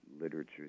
literature